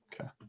Okay